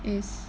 is